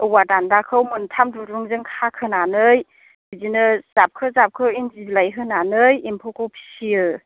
औवा दानदाखौ मोनथाम दुरुंजों खाखोनानै बिदिनो जाबखो जाबखो इन्दि बिलाइ होनानै एम्फौखौ फिसियो